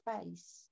space